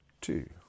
two